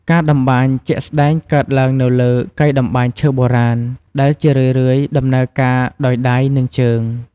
ការតម្បាញជាក់ស្តែងកើតឡើងនៅលើ កីតម្បាញឈើបុរាណ ដែលជារឿយៗដំណើរការដោយដៃ និងជើង។